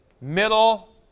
middle